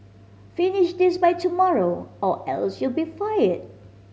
finish this by tomorrow or else you'll be fired